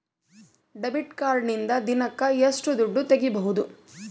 Debit ಕಾರ್ಡಿನಿಂದ ದಿನಕ್ಕ ಎಷ್ಟು ದುಡ್ಡು ತಗಿಬಹುದು?